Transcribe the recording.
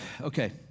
Okay